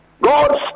God's